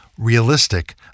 realistic